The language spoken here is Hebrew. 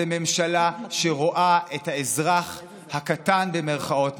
אתם ממשלה שרואה את "האזרח הקטן" במירכאות,